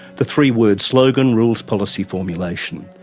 the three word slogan rules policy formulation.